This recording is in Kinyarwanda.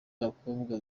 abakobwa